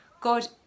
God